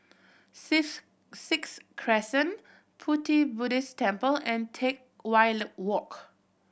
Seas Sixth Crescent Pu Ti Buddhist Temple and Teck Whye Walk